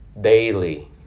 daily